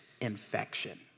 infection